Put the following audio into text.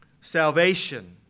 salvation